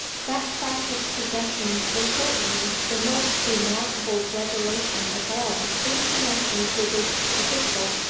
that fact of possession was certainly the most remarkable revelation of all in connection with this epistle,